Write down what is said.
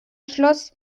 schloss